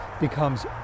becomes